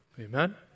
Amen